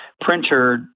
printer